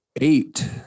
Eight